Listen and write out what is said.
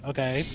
Okay